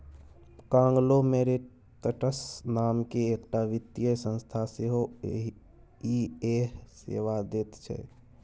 conglomerates नामकेँ एकटा वित्तीय संस्था सेहो इएह सेवा दैत छै